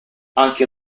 anche